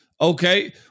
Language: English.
okay